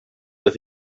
that